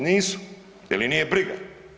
Nisu, jer ih nije briga.